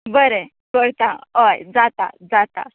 बरें करता ओय जाता जाता